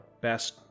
best